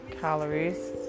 calories